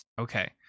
Okay